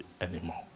anymore